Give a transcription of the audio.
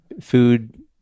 food